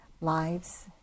lives